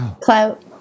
clout